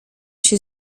się